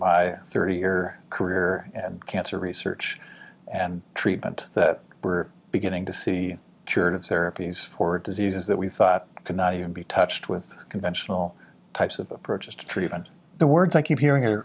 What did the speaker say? by thirty year career and cancer research and treatment that we're beginning to see cured of therapies for diseases that we thought could not even be touched with conventional types of approaches to treatment the words i keep hearing